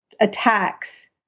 attacks